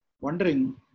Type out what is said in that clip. wondering